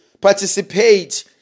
participate